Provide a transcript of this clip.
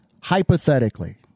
Hypothetically